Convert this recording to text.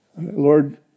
Lord